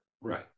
Right